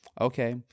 okay